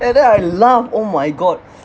and then I laughed oh my god